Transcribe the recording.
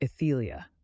Ethelia